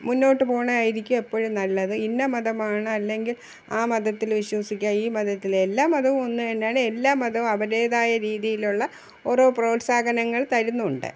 മുന്നോട്ടു പോണതായിരിക്കും എപ്പോഴും നല്ലത് ഇന്ന മതമാണ് അല്ലെങ്കിൽ ആ മതത്തിൽ വിശ്വസിക്കുക ഈ മതത്തിലെ എല്ലാ മതവും ഒന്ന് തന്നെയാണ് എല്ലാ മതവും അവരുടേതായ രീതിയിലുള്ള ഓരോ പ്രോത്സാഹനങ്ങൾ തരുന്നുണ്ട്